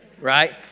right